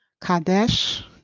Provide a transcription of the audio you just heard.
kadesh